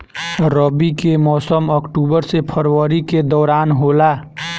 रबी के मौसम अक्टूबर से फरवरी के दौरान होला